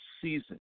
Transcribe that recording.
season